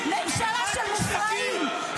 ממשלה של מופרעים,